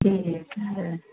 की भेलै किआ गेलै